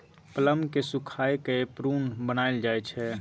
plum केँ सुखाए कए प्रुन बनाएल जाइ छै